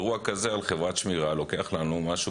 אירוע כזה על חברת שמירה לוקח לנו משהו